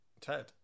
Ted